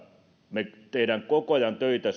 me teemme koko ajan töitä